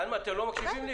אתם לא מקשיבים לי?